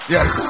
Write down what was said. Yes